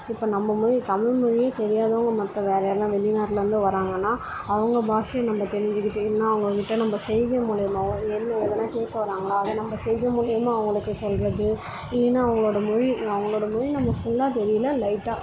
இப்போ நம்ம மொழி தமிழ்மொழி தெரியாதவங்கள் மற்ற வேற யாரனால் வெளிநாட்டிலேருந்து வராங்கன்னால் அவங்க பாஷையை நம்ம தெரிஞ்சிக்கிட்டு இல்லைன்னா அவங்கக்கிட்ட நம்ம செய்கை மூலயமாவும் என்ன எதனால் கேட்க வராங்களா அதை நம்ம செய்கை மூலயமா அவங்களுக்கு சொல்கிறது இல்லைன்னா அவங்களோட மொழி அவங்களோட மொழி நம்மளுக்கு ஃபுல்லாக தெரியல லைட்டாக